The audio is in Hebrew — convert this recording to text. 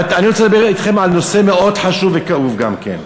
אבל אני רוצה גם לדבר אתכם על נושא מאוד חשוב וכאוב גם כן.